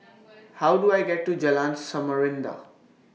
How Do I get to Jalan Samarinda